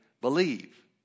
believe